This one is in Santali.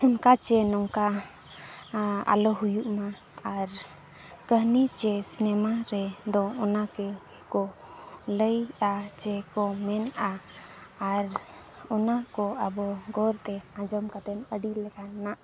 ᱚᱱᱠᱟ ᱪᱮ ᱱᱚᱝᱠᱟ ᱟᱞᱚ ᱦᱩᱭᱩᱜ ᱢᱟ ᱟᱨ ᱠᱟᱹᱦᱱᱤ ᱪᱮ ᱨᱮᱫᱚ ᱚᱱᱟ ᱜᱮᱠᱚ ᱞᱟᱹᱭᱮᱫᱼᱟ ᱪᱮ ᱠᱚ ᱢᱮᱱᱮᱫᱼᱟ ᱟᱨ ᱚᱱᱟᱠᱚ ᱟᱵᱚ ᱜᱚᱨᱛᱮ ᱟᱸᱡᱚᱢ ᱠᱟᱛᱮᱫ ᱟᱹᱰᱤ ᱞᱮᱠᱟᱱᱟᱜ